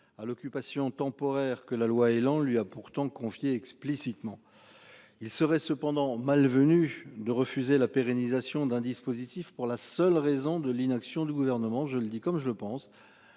à l'occupation temporaire que la loi Elan lui a pourtant confié explicitement. Il serait cependant malvenu de refuser la pérennisation d'un dispositif pour la seule raison de l'inaction du gouvernement, je le dis comme je le pense.